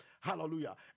Hallelujah